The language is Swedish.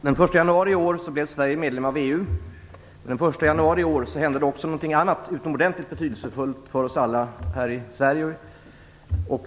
Fru talman! Den första januari i år blev Sverige medlem av EU. Den första januari i år hände också någonting annat utomordentligt betydelsefullt för oss alla här i Sverige.